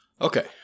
Okay